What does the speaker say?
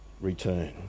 return